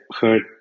heard